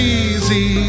easy